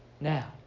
Now